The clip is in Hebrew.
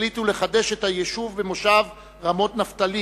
החליטו לחדש את היישוב במושב רמות-נפתלי,